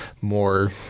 more